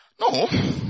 No